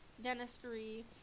dentistry